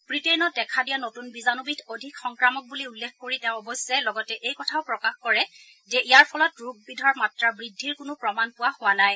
ৱিটেইনত দেখা দিয়া নতুন বীজাণুবিধ অধিক সংক্ৰামক বুলি উল্লেখ কৰি তেওঁ অৱশ্যে লগতে এই কথাও প্ৰকাশ কৰে যে ইয়াৰ ফলত ৰোগ বিধৰ মাত্ৰা বৃদ্ধিৰ কোনো প্ৰমাণ পোৱা হোৱা নাই